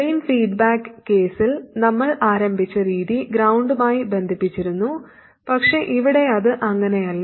drain feedback കേസിൽ നമ്മൾ ആരംഭിച്ച രീതി ഗ്രൌണ്ടുമായി ബന്ധിപ്പിച്ചിരുന്നു പക്ഷേ ഇവിടെ അത് അങ്ങനെയല്ല